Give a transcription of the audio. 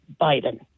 Biden